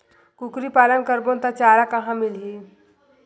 कुकरी पालन करबो त चारा कहां मिलही?